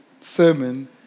sermon